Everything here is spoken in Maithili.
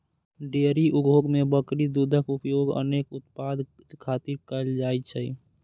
डेयरी उद्योग मे बकरी दूधक उपयोग अनेक उत्पाद खातिर कैल जाइ छै